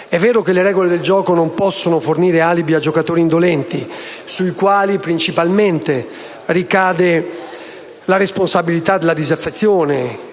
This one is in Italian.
È vero che le regole del gioco non possono fornire alibi a giocatori indolenti, sui quali principalmente ricade la responsabilità della disaffezione